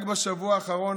רק בשבוע האחרון,